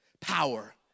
Power